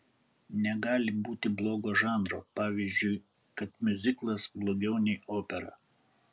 negali būti blogo žanro pavyzdžiui kad miuziklas blogiau nei opera